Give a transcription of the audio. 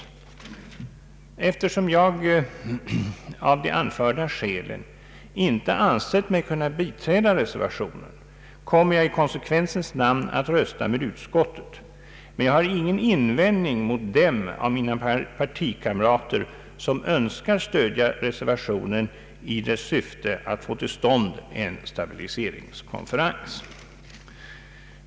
Eftersom jag av de anförda skälen inte ansett mig kunna biträda reservationen, kommer jag i konsekvensens namn att rösta med utskottet men har ingen invändning mot dem av mina partikamrater som önskar stödja reservationen i dess syfte att få till stånd en stabiliseringskonferens.